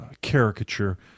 caricature